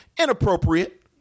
Inappropriate